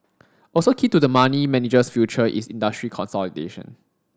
also key to the money manager's future is industry consolidation